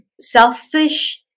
Selfish